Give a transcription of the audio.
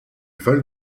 val